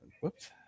whoops